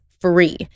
free